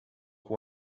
com